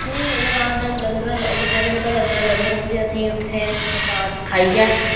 फ्ही ओह्दे बाद लंगर जगह जगह लंगर लभदे रौंह्दे असेंगी उत्थें प्रसाद खाइयै